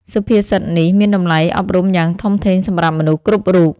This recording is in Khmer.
សុភាសិតនេះមានតម្លៃអប់រំយ៉ាងធំធេងសម្រាប់មនុស្សគ្រប់រូប។